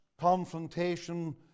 confrontation